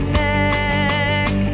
neck